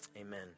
amen